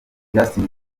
justin